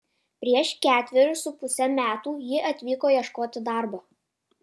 prieš ketverius su puse metų ji atvyko ieškoti darbo